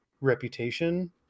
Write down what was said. reputation